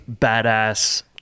badass